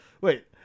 Wait